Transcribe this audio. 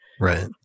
Right